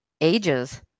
ages